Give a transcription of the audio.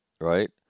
right